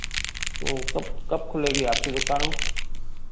वह कब कब खुलेगी आपकी दुकान